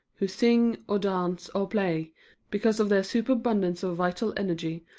who sing, or dance, or play because of their superabundance of vital energy,